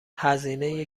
هزینه